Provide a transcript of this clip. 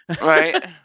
Right